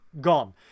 Gone